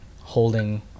holding